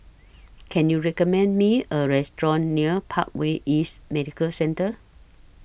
Can YOU recommend Me A Restaurant near Parkway East Medical Centre